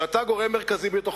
שאתה גורם מרכזי בה,